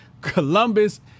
Columbus